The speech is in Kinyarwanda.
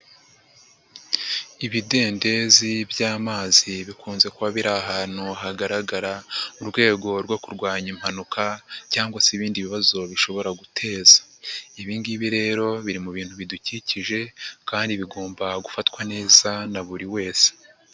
Ibidendezi by'amazi, bikunze kuba biri ahantu hagaragara, mu rwego rwo kurwanya impanuka cyangwa se ibindi bibazo bishobora guteza. Ibi ngibi rero biri mu bintu bidukikije kandi bigomba gufatwa neza na buri wese.